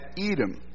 Edom